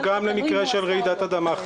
שלום, אדוני, תודה רבה.